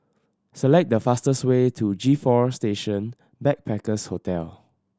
select the fastest way to G Four Station Backpackers Hostel